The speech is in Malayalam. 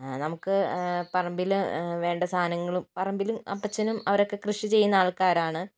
നമുക്ക് പറമ്പില് വേണ്ട സാധനങ്ങളും പറമ്പില് അപ്പച്ചനും അവരൊക്കെ കൃഷി ചെയ്യുന്ന ആൾക്കാരാണ്